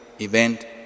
event